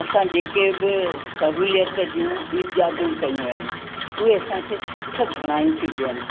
असां जेके बि सहुलियत जूं ईजादूं कयूं आहिनि उहे असांखे सुख घणाई थी ॾियनि